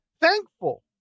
thankful